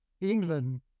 England